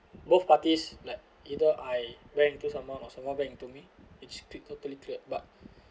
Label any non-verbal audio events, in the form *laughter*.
both parties like either I bang into someone or someone bang into me it's pick totally cleared but *breath*